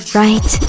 right